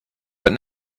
but